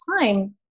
time